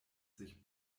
sich